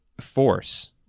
force